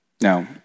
Now